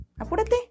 Apúrate